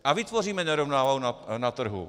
A vytvoříme nerovnováhu na trhu.